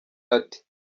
ati